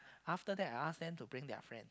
after that I ask them to bring their friend